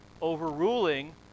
overruling